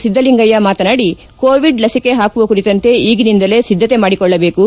ಸಿದ್ದಲಿಂಗಯ್ಯ ಮಾತನಾಡಿ ಕೋವಿಡ್ ಲಸಿಕೆ ಹಾಕುವ ಕುರಿತಂತೆ ಈಗಿನಿಂದಲೇ ಸಿದ್ದತೆ ಮಾಡಿಕೊಳ್ಳಬೇಕು